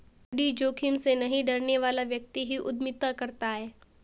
बड़ी जोखिम से नहीं डरने वाला व्यक्ति ही उद्यमिता करता है